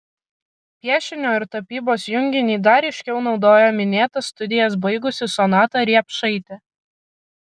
piešinio ir tapybos junginį dar ryškiau naudoja minėtas studijas baigusi sonata riepšaitė